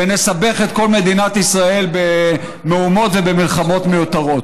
ונסבך את כל מדינת ישראל במהומות ובמלחמות מיותרות.